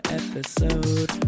episode